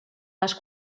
les